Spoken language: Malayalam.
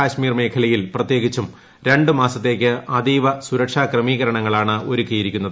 കശ്മീർമേഖലയിൽ പ്രത്യേകിച്ചും രണ്ട് മാസത്തേയ്ക്ക് അതീവ സുരക്ഷാക്രമീകരണങ്ങളാണ് ഒരുക്കിയിരിക്കുന്നത്